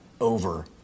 over